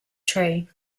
tree